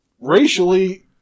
Racially